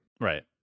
right